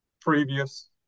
previous